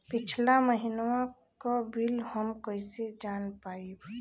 पिछला महिनवा क बिल हम कईसे जान पाइब?